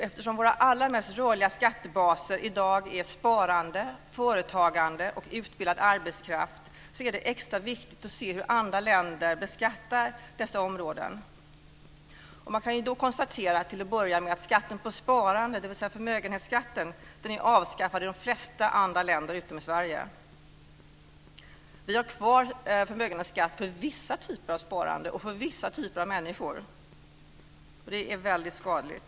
Eftersom våra allra mest rörliga skattebaser i dag är sparande, företagande och utbildad arbetskraft, är det extra viktigt att se på hur andra länder beskattar dessa områden. Man kan till att börja med konstatera att skatten på sparande, dvs. förmögenhetsskatten, är avskaffad i de flesta andra länder än Sverige. Vi har kvar förmögenhetsskatt för vissa typer av sparande och för vissa typer av människor, och det är väldigt skadligt.